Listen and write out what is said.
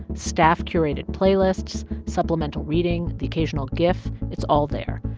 staff-curated playlists, supplemental reading, the occasional gif it's all there.